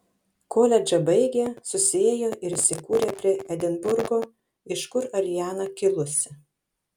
koledžą baigę susiėjo ir įsikūrė prie edinburgo iš kur ariana kilusi